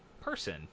person